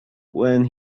when